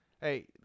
Hey